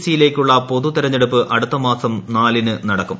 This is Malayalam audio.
സി യിലേക്കുള്ള പൊതു തെരഞ്ഞെടുപ്പ് അടുത്തമാസം നാലിന് നടക്കും